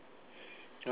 no